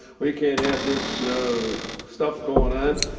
we can't have this stuff going on.